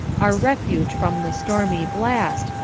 our refuge from the stormy blast,